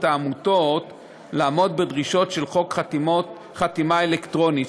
העמותות לעמוד בדרישות של חוק חתימה אלקטרונית,